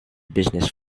business